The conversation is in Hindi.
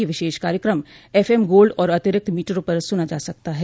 यह विशेष कार्यक्रम एफएम गोल्ड और अतिरिक्त मीटरों पर सुना जा सकता है